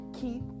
keep